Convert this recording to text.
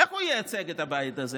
איך הוא ייצג את הבית הזה